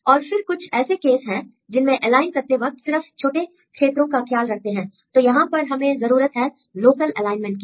और फिर कुछ ऐसे केस हैं जिनमें एलाइन करते वक्त सिर्फ छोटे क्षेत्रों का ख्याल रखते हैं तो यहां पर हमें जरूरत है लोकल एलाइनमेंट की